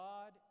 God